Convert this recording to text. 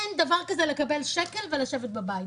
אין דבר כזה לקבל שקל ולשבת בבית.